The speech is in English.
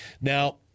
Now